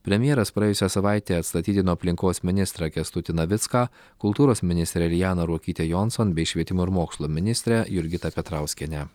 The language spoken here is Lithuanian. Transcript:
premjeras praėjusią savaitę atstatydino aplinkos ministrą kęstutį navicką kultūros ministrę lianą ruokytę jonson bei švietimo ir mokslo ministrę jurgitą petrauskienę